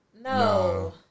No